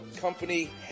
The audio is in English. company